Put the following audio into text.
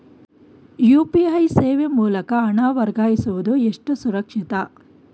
UPI ಸೇವೆ ಮೂಲಕ ಹಣ ವರ್ಗಾಯಿಸುವುದು ಎಷ್ಟು ಸುರಕ್ಷಿತ?